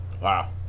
Wow